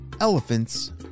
elephants